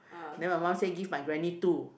then my mum say give my granny two